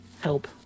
help